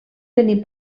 tenir